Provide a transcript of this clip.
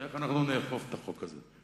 איך אנחנו נאכוף את החוק הזה?